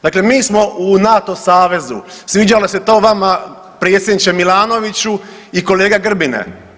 Dakle, mi smo u NATO savezu sviđalo se to vama predsjedniče Milanoviću i kolega Grbine.